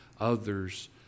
others